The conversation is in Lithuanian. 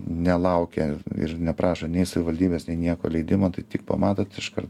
nelaukia ir neprašo nei savivaldybės nei nieko leidimo tai tik pamatot iškart